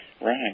Right